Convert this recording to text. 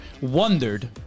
wondered